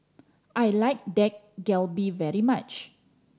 I like Dak Galbi very much